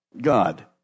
God